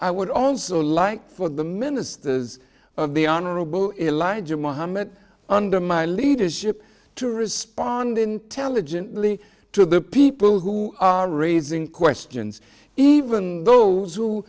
i would also like for the ministers of the honorable in lied to my homage under my leadership to respond intelligently to the people who are raising questions even those who